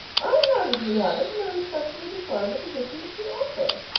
i have, if you haven't, and i respectfully decline the position which you offer.